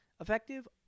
effective